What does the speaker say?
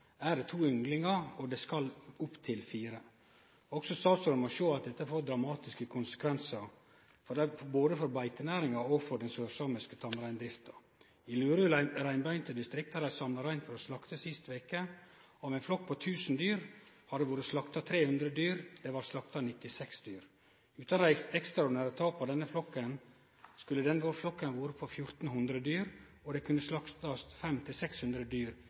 opp til fire. Også statsråden må sjå at dette får dramatiske konsekvensar både for beitenæringa og for den sørsamiske tamreindrifta. I Luru reinbeitedistrikt har dei samla rein for å slakte sist veke, og med ein flokk på 1 000 dyr har det vore slakta 300 dyr – no blei det slakta 96 dyr. Utan dei ekstraordinære tapa skulle denne flokken vore på 1 400 dyr, og det skulle kunne slaktast 500–600 dyr – istadenfor 96 dyr,